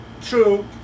True